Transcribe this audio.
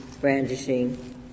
brandishing